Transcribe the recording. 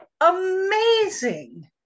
amazing